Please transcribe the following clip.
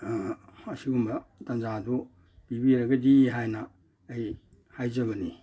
ꯑꯁꯤꯒꯨꯝꯕ ꯇꯥꯟꯖꯥꯗꯨ ꯄꯤꯕꯤꯔꯒꯗꯤ ꯍꯥꯏꯅ ꯑꯩ ꯍꯥꯏꯖꯕꯅꯤ